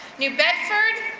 new bedford,